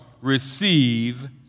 receive